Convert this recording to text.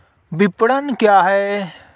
विपणन क्या है?